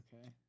okay